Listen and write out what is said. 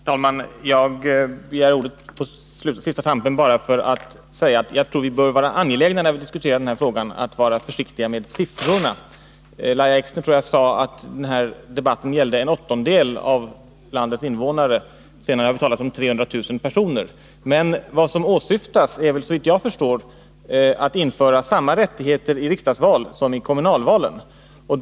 Herr talman! Jag begär ordet på sista tampen bara för att säga att när vi diskuterar den här frågan bör vi vara angelägna om att visa försiktighet med siffrorna. Lahja Exner sade att denna debatt gällde en åttondel av landets invånare, och senare har det talats om 300 000 personer. Men vad som åsyftas är, såvitt jag förstår, att införa samma rättigheter i riksdagsval som i kommunala val.